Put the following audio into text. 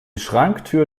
schranktür